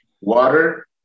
Water